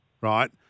right